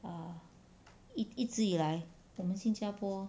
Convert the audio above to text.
err 一一直以来我们新加坡